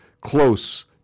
close